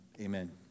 Amen